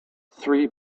three